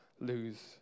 lose